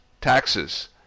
taxes